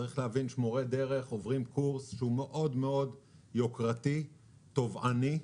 צריך להבין שמורי דרך עוברים קורס יוקרתי מאוד ותובעני,